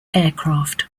aircraft